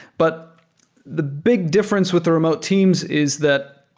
but the big difference with the remote teams is that,